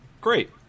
Great